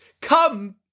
come